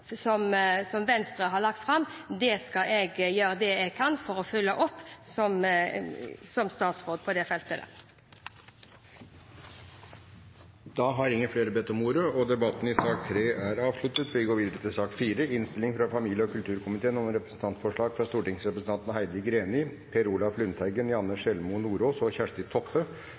som blir gjort her i dag, og det forslaget som Venstre har lagt fram, skal jeg gjøre det jeg kan for å følge opp som statsråd på det feltet. Flere har ikke bedt om ordet til sak nr. 3. Etter ønske fra familie- og kulturkomiteen vil presidenten foreslå at taletiden blir begrenset til 5 minutter til hver partigruppe og